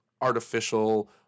artificial